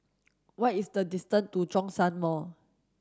what is the distance to Zhongshan Mall